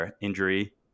injury